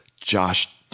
Josh